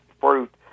fruit